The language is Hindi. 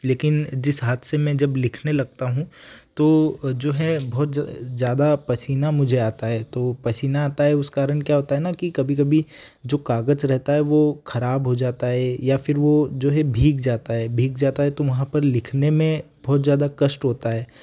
लेकिन जिस हाथ से मैं जब लिखने लगता हूँ तो जो है बहुत ज़्यादा पसीना मुझे आता है तो पसीना आता है उस कारण क्या होता ना कि कभी कभी जो कागज़ रहता है वह ख़राब हो जाता है या फिर वह जो है भीग जाता है भीग जाता है तो वहाँ पर लिखने में बहुत ज़्यादा कष्ट होता है